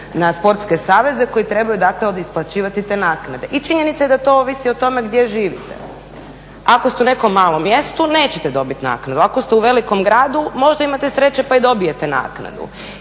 na sportske saveze koji trebaju dakle isplaćivati te naknade. I činjenica je da to ovisi o tome gdje živite. Ako ste u nekom malom mjestu nećete dobiti naknadu, ako ste u velikom gradu možda imate sreće pa i dobijete naknadu.